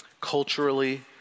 culturally